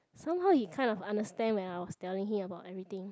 somehow he kind of understand when I was telling him about everything